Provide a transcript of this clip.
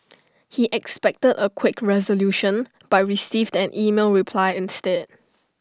he expected A quick resolution but received an email reply instead